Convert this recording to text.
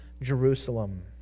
Jerusalem